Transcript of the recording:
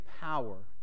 power